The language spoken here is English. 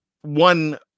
one